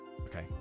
okay